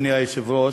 אדוני היושב-ראש,